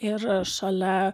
ir šalia